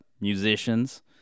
musicians